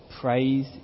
praise